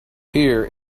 here